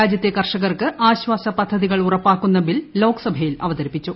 രാജ്യത്തെ കർഷകർക്ക് ആശ്വാസപദ്ധതികൾ ഉറപ്പാക്കുന്ന ബിൽ ലോക്സഭയിൽ അവതരിപ്പിച്ചു